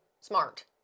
smart